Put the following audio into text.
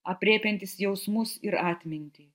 aprėpiantis jausmus ir atmintį